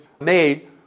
made